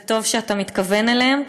וטוב שאתה מתכוון אליהן.